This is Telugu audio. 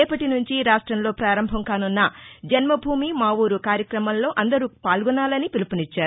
రేపటీనుంచి రాష్టంలో పారంభంకానున్న జన్మభూమి మాఊరు కార్యక్రమంలో అందరూ పాల్గొనాలని పిలుపునిచ్చారు